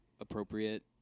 appropriate